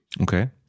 okay